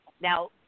Now